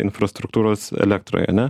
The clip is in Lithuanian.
infrastruktūros elektroj ane